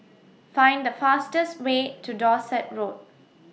Find The fastest Way to Dorset Road